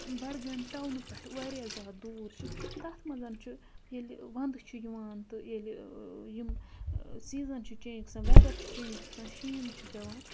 بَڈگامہِ ٹاونہٕ پٮ۪ٹھ واریاہ زیادٕ دوٗر چھِ تَتھ منٛز چھُ ییٚلہِ وَنٛدٕ چھُ یِوان تہٕ ییٚلہِ یِم سیٖزَن چھِ چینٛج گَژھان ویدَر چھُ چینٛج گَژھان شیٖن چھُ پٮ۪وان